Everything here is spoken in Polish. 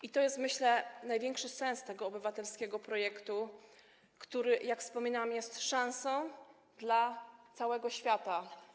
I to jest, myślę, największy sens tego obywatelskiego projektu, który, jak wspominałam, jest szansą dla całego świata.